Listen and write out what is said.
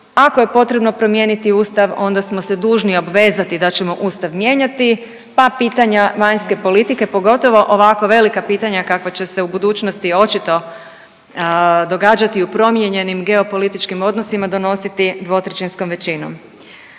ako je potrebno promijeniti ustav onda smo se dužni obvezati da ćemo ustav mijenjati, pa pitanja vanjske politike, pogotovo ovako velika pitanja kakva će se u budućnosti očito događati u promijenjenim geopolitičkim odnosima, donositi dvotrećinskom većinom.